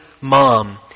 mom